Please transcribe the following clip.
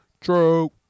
True